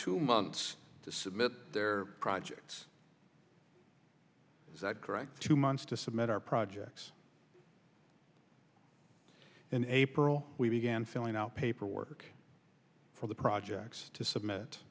two months to submit their projects is that correct two months to submit our projects in april we began filling out paperwork for the projects to submit